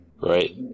right